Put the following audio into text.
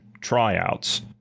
tryouts